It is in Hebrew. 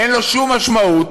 אין לו שום משמעות,